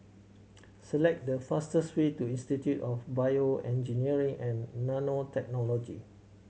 select the fastest way to Institute of BioEngineering and Nanotechnology